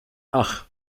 ach